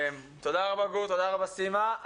תודה רבה גור, תודה רבה סימה.